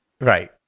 Right